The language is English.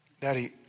Daddy